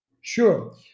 Sure